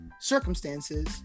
circumstances